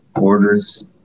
orders